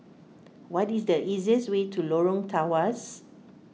what is the easiest way to Lorong Tawas